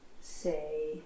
say